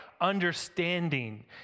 understanding